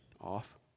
off